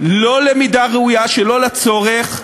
לא למידה ראויה, שלא לצורך.